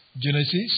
Genesis